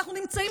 ואנחנו נמצאים,